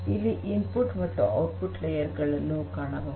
ಇಲ್ಲಿ ಇನ್ಪುಟ್ ಮತ್ತು ಔಟ್ಪುಟ್ ಪದರಗಳನ್ನೂ ಕಾಣಬಹುದು